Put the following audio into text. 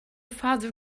father